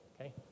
okay